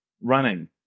running